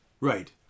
Right